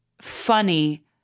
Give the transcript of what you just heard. funny